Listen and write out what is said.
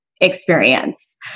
experience